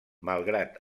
malgrat